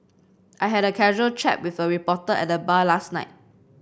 I had a casual chat with a reporter at the bar last night